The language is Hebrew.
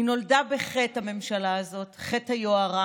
היא נולדה בחטא, הממשלה הזאת, חטא היוהרה